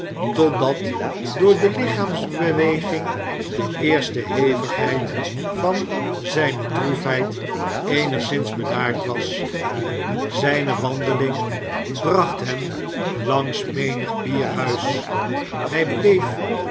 totdat door de lichaamsbeweging de eerste hevigheid van zijne droefheid eenigszins bedaard was zijne wandeling bracht hem langs menig bierhuis hij bleef